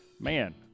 man